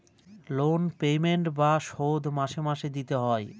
loan payment বা শোধ মাসে মাসে দিতে হয়